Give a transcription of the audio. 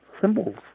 symbols